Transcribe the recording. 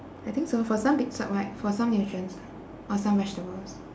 I think so for some right for some nutrients for some vegetables